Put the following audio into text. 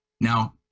Now